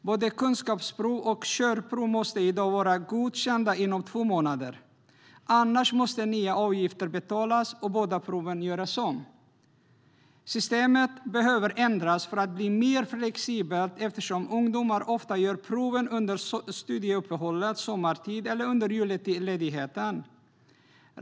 Både kunskapsprov och körprov måste i dag vara godkända inom två månader, annars måste nya avgifter betalas och båda proven göras om. Systemet behöver ändras för att bli mer flexibelt eftersom ungdomar ofta gör proven under studieuppehåll sommartid eller under julledigheten.